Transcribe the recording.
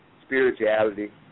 spirituality